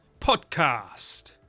podcast